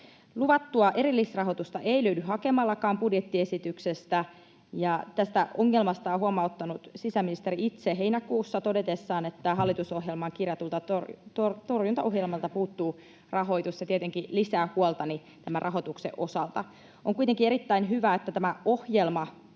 Luvattua erillisrahoitusta ei löydy hakemallakaan budjettiesityksestä, ja tästä ongelmasta on huomauttanut sisäministeri itse heinäkuussa todetessaan, että hallitusohjelmaan kirjatulta torjuntaohjelmalta puuttuu rahoitus. Se tietenkin lisää huoltani tämän rahoituksen osalta. On kuitenkin erittäin hyvä, että tämä ohjelma